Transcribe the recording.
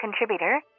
contributor